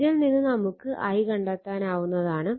ഇതിൽ നിന്ന് നമുക്ക് i കണ്ടെത്താനാവുന്നതാണ്